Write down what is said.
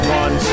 one